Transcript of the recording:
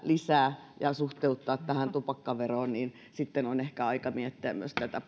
lisää ja osaamme suhteuttaa ne tähän tupakkaveroon on ehkä aika miettiä myös tätä